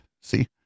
see